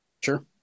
Sure